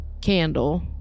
candle